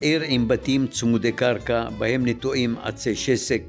עיר עם בתים צמודי קרקע, בהם נטועים עצי שסק.